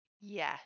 Yes